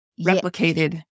replicated